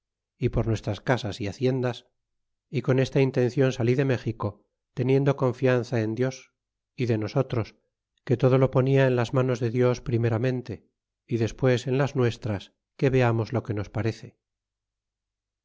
y por nuestras casas y haciendas y con esta intencion salí de méxico teniendo confianza en dios y de nosotros que todo lo poda en las manos de dios primeramente y despues en las nuestras que veamos lo que nos parece